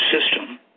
system